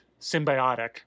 symbiotic